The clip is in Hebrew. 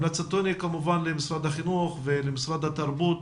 המלצתנו למשרד החינוך ולמשרד התרבות